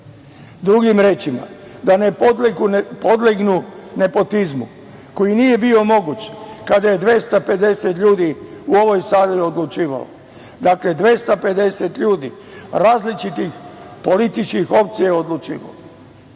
Drugim rečima, da ne podlegnu nepotizmu koji nije bio moguć kada je 250 ljudi u ovoj sali odlučivalo. Dakle, 250 ljudi različitih političkih opcija